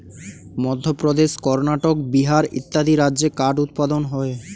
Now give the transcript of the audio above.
মধ্যপ্রদেশ, কর্ণাটক, বিহার ইত্যাদি রাজ্যে কাঠ উৎপাদন হয়